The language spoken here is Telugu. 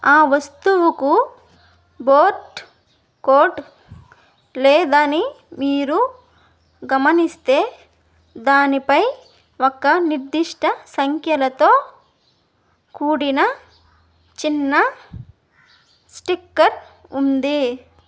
ఆ వస్తువుకు బార్కోడ్ లేదని మీరు గమనిస్తే దానిపై ఒక నిర్దిష్ట సంఖ్యలతో కూడిన చిన్న స్టిక్కర్ ఉంది